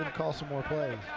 and call some more plays.